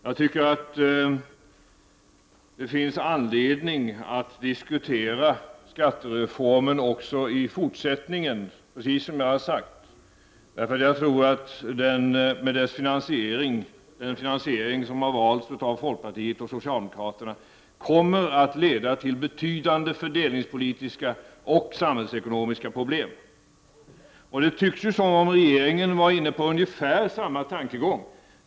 Jag tycker att det finns anledning att också i fortsättningen diskutera skattereformen. Den finansiering som valts av folkpartiet och socialdemokraterna kommer nämligen enligt min uppfattning att leda till betydande fördelningspolitiska och samhällsekonomiska problem. Det tycks som om regeringen var inne på ungefär samma tankegång.